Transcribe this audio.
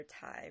time